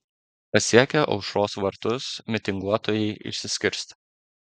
pasiekę aušros vartus mitinguotojai išsiskirstė